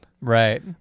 Right